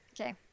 Okay